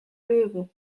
löwe